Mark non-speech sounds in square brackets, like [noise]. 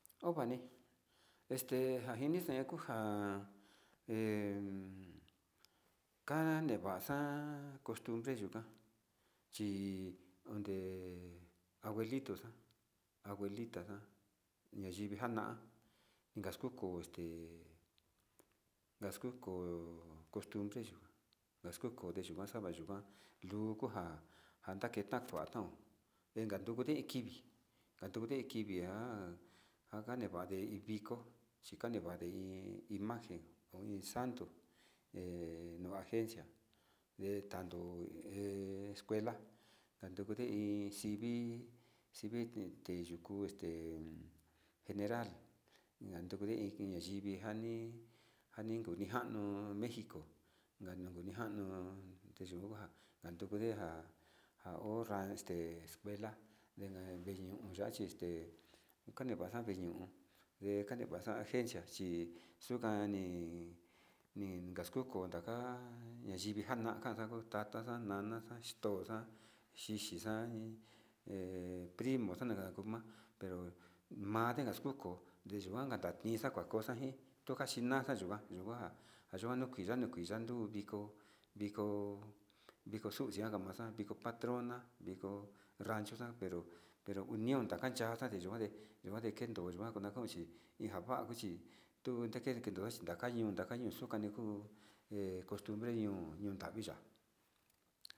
Ovani este [unintelligible] kunja [hesitation] ka'a nivaxa'a costumbre yukan chi onde abuelito xan abuelita xan ñaivi xana'a ngaxkoko este ngxkoko costumbre yinjuan, ngaxkoko yikuan xakuan yikuan luu kua kande kenda ka'a tión ennda kuku hi kivi kakan ndu kivi njan kuti nivati hi viko chi kanivati in imagen ho iin sando [hesitation] no agencia, de tanto [hesitation] escuela kandute iin xivii xivii tii kuyu este general nanduku iin yiki tikuini njani, njani kuu ni kano mexico njana kuu ni kano deyunjuan kanduku nija'a njaonra este escuela de viño yua este kukaxan viño'o nde njani kuaxan agencia chí xuakani nde kaxkoko njaka'a ñaivi xana njanna tanguo tata xa nana chixto'o xa'a xhixi njani [hesitation] primo xanikunda pero ma'a tendaxkoko deyakuan kixa'a xa'a koko iin tukaxhina xakua xhikuan yo'o kuaka nuu kua kana njiya ndu viko viko viko xuchia nakan viko patrona viko rancho xa'a pero, union kacha kuande kuandode yekuande kendo yekuan chinakonchi hija kan vichi tuni kedendo ndeyakanyu kande xokani nikuu he costumbre ño'o nikadiya.